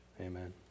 Amen